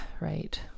Right